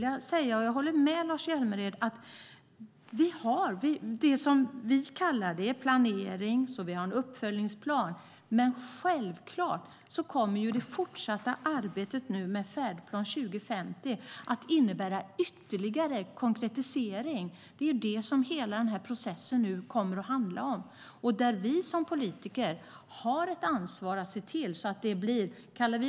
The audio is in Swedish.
Jag håller med Lars Hjälmered om att vi har planering och en uppföljningsplan, men det fortsatta arbetet med Färdplan 2050 kommer självfallet att innebära ytterligare konkretisering. Det är det hela den här processen kommer att handla om. Vi som politiker har ett ansvar för att se till att det blir av.